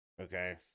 Okay